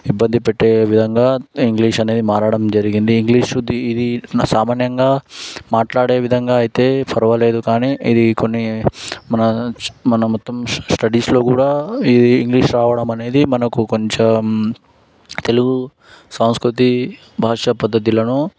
ఇబ్బందిపెట్టే విధంగా ఇంగ్లీష్ అనేది మారడం జరిగింది ఇంగ్లీష్ ఇది సామాన్యంగా మాట్లాడే విధంగా అయితే పరవాలేదు కానీ ఇది కొన్ని మన మన మొత్తం స్టడీస్లో కూడా ఈ ఇంగ్లీష్ రావడం అనేది మనకు కొంచెం తెలుగు సాంస్కృతి భాషా పద్ధతులను